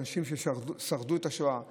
אנשים ששרדו את השואה וחיים,